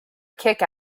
kick